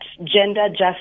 genderjustice